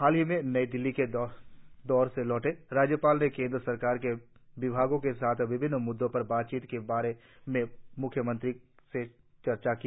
हाल ही में नई दिल्ली के दौरे से लौटे राज्यपाल ने केंद्र सरकार के विभागों के साथ विभिन्न मुद्दों पर बातचीत के बारे में मुख्यमंत्री के साथ चर्चा की